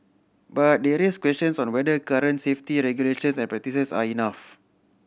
but they raise questions on whether current safety regulations and practices are enough